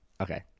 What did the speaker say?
Okay